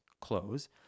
close